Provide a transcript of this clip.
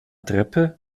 treppe